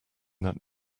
that